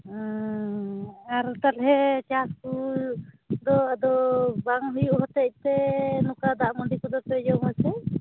ᱟᱨ ᱛᱟᱦᱚᱞᱮ ᱪᱟᱥ ᱠᱚ ᱟᱫᱚ ᱵᱟᱝ ᱦᱩᱭᱩᱜ ᱦᱚᱛᱮᱫ ᱛᱮ ᱱᱚᱝᱠᱟ ᱫᱟᱜᱼᱢᱟᱹᱰᱤ ᱠᱚᱫᱚ ᱯᱮ ᱡᱚᱢᱟᱥᱮ